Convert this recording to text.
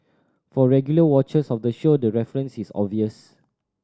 for regular watchers of the show the reference is obvious